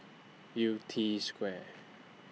Yew Tee Square